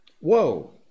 Whoa